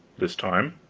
this time